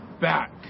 back